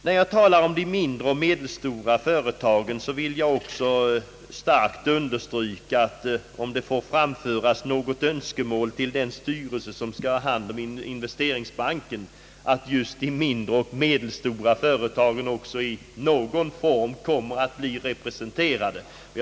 När jag talar om de mindre och medelstora företagen, vill jag också starkt understryka ett önskemål beträffande den styrelse som skall ha hand om investeringsbanken. De mindre och medelstora företagen borde också bli representerade där i någon form.